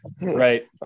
right